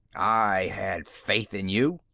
i had faith in you,